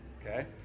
Okay